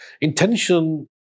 Intention